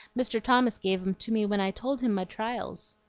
mr. thomas gave em to me when i told him my trials.